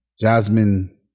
Jasmine